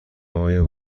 آیا